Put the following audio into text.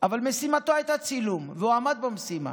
אבל משימתו הייתה צילום, והוא עמד במשימה.